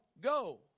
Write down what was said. go